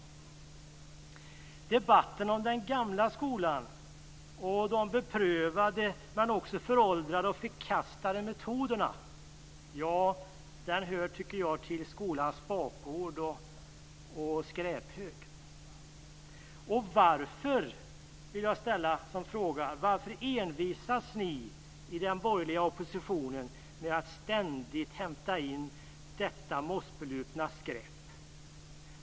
Jag tycker att debatten om den gamla skolan och dess beprövade men också föråldrade och förkastade metoder hör till skolans bakgård och skräphög. Jag vill fråga: Varför envisas ni i den borgerliga oppositionen med att ständigt hämta in detta mossbelupna skräp?